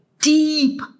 deep